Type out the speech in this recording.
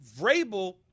Vrabel